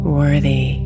worthy